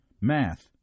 Math